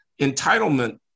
entitlement